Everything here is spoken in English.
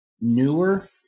newer